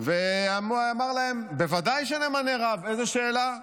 והוא אמר להם: בוודאי שנמנה רב, איזו שאלה?